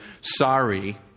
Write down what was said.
sorry